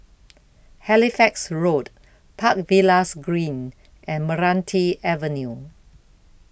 Halifax Road Park Villas Green and Meranti Avenue